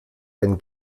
ein